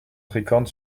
tricorne